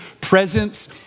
presence